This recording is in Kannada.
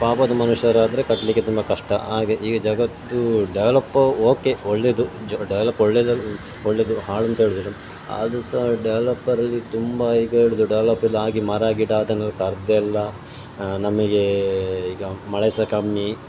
ಪಾಪದ ಮನುಷ್ಯರಾದರೆ ಕಟ್ಟಲಿಕ್ಕೆ ತುಂಬ ಕಷ್ಟ ಹಾಗೆ ಈಗ ಜಗತ್ತು ಡೆವಲಪ್ ಓಕೆ ಒಳ್ಳೆಯದು ಜೊ ಡೆವಲಪ್ ಒಳ್ಳೆಯದು ಒಳ್ಳೆಯದು ಹಾಳು ಅಂತ ಹೇಳುದಿಲ್ಲ ಆದ್ರೂ ಸಹ ಡೆವಲಪ್ಪರಲ್ಲಿ ತುಂಬ ಈಗ ಹಿಡ್ದು ಡೆವಲಪ್ಪಿಂದ ಆಗಿ ಮರ ಗಿಡ ಅದನ್ನೆಲ್ಲ ಕಡಿದೆಲ್ಲ ನಮಗೆ ಈಗ ಮಳೆ ಸಹ ಕಮ್ಮಿ